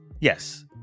yes